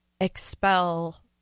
expel